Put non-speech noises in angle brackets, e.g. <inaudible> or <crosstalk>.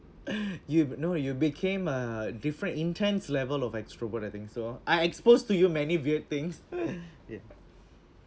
<breath> you no you became a different intense level of extrovert I think so I exposed to you many weird things <breath> ya